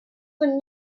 when